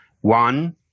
One